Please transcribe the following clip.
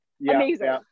amazing